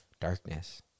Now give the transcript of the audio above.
darkness